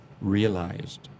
realized